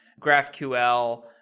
GraphQL